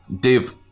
Dave